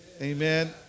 Amen